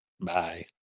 Bye